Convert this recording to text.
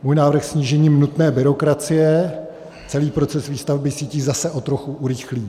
Můj návrh je snížením nutné byrokracie, celý proces výstavby sítí zase o trochu urychlí.